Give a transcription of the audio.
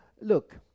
look